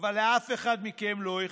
אבל לאף אחד מכם לא אכפת.